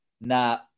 na